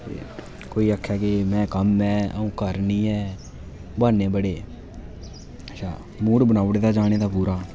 कोई आक्खै जी में कम्म ऐ अ'ऊं घर निं ऐ ब्हान्ने बड़े अच्छा मूड़ बनाई ओड़े दा जाने दा पूरा